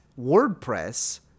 WordPress